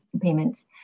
payments